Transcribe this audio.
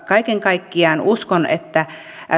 kaiken kaikkiaan uskon että